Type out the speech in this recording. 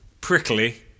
prickly